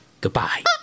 Goodbye